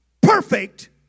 perfect